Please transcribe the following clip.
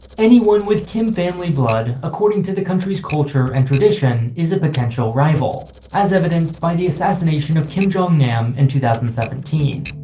anyone with kim-family blood, according to the country's culture and tradition, is a potential rival, as evidenced by the assassination of kim jong-nam in two thousand and seventeen.